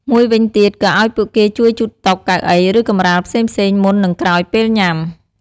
មួយវិញទៀតក៏ឲ្យពួកគេជួយជូតតុ កៅអី ឬ កម្រាលផ្សេងៗមុន និងក្រោយពេលញ៉ាំ។